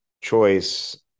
choice